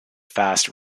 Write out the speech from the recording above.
fast